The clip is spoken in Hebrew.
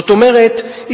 זאת אומרת,